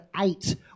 eight